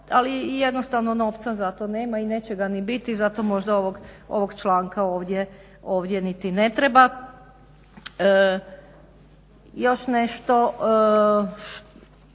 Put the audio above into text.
ali jednostavno novca za to nema i neće ga ni biti. I zato možda ovog članka ovdje niti ne treba. Još nešto